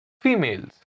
females